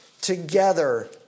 Together